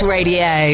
Radio